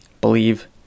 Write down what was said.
believe